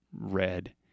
red